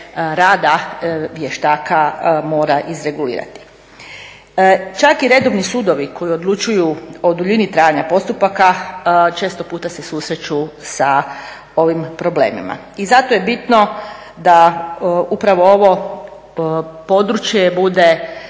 rada vještaka mora izregulirati. Čak i redovni sudovi koji odlučuju o duljini trajanja postupaka često puta se susreću sa ovim problemima. I zato je bitno da upravo ovo područje bude